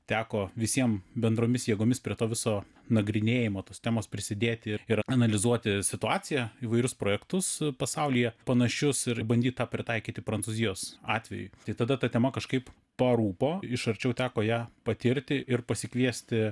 teko visiem bendromis jėgomis prie to viso nagrinėjimo tos temos prisidėti ir ir analizuoti situaciją įvairius projektus pasaulyje panašius ir bandyt tą pritaikyti prancūzijos atvejui tai tada ta tema kažkaip parūpo iš arčiau teko ją patirti ir pasikviesti